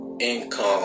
income